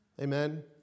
Amen